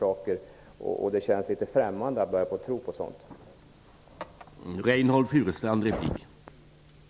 Det känns litet främmande att börja tro på sådana här metoder.